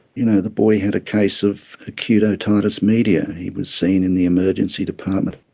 you know the boy had a case of acute otitis media. and he was seen in the emergency department.